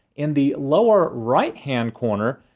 in the lower right hand corner,